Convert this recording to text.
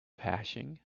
hashing